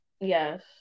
Yes